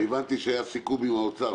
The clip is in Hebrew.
הבנתי שהיה סיכום עם האוצר,